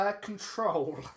control